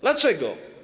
Dlaczego?